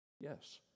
yes